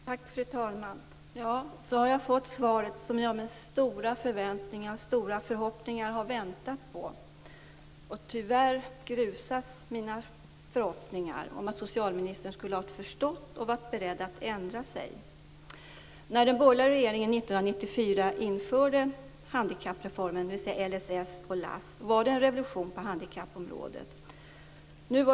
Fru talman! Så har jag fått svaret som jag med stora förväntningar och förhoppningar har väntat på. Tyvärr grusas mina förhoppningar om att socialministern skulle ha förstått och varit beredd att ändra sig. När den borgerliga regeringen 1994 genomförde handikappreformen, dvs. LSS och LASS, var det en revolution på handikappområdet.